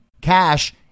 cash